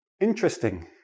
interesting